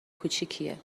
کوچیکیه